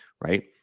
right